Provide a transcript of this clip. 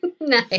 Nice